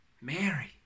Mary